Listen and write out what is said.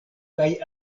kaj